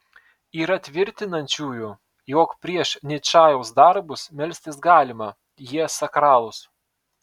yra tvirtinančiųjų jog prieš ničajaus darbus melstis galima jie sakralūs